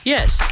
Yes